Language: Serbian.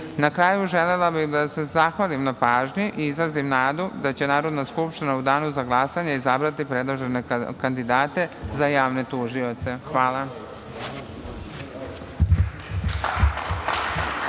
kraju želela bih da se zahvalim na pažnji i izrazim nadu da će Narodna skupština u danu za glasanje izabrati predložene kandidate za javne tužioce. Hvala.